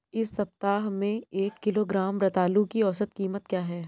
इस सप्ताह में एक किलोग्राम रतालू की औसत कीमत क्या है?